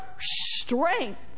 strength